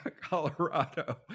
Colorado